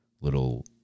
little